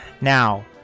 now